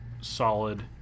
solid